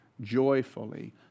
joyfully